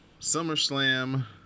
SummerSlam